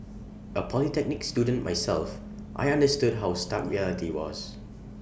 A polytechnic student myself I understood how stark reality was